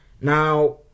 now